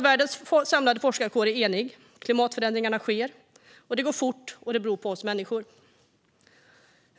Världens samlade forskarkår är enig om att klimatförändringarna sker, att det går fort och att det beror på oss människor.